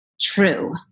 true